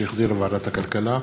שהחזירה ועדת הכלכלה,